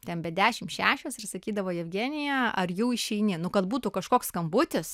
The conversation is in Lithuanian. ten be dešim šešios ir sakydavo jevgenija ar jau išeini nu kad būtų kažkoks skambutis